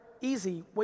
Easy